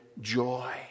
joy